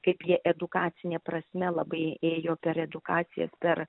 kaip jie edukacine prasme labai ėjo per edukacijas per